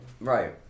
Right